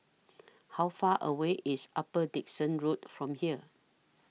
How Far away IS Upper Dickson Road from here